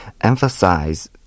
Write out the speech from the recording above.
emphasize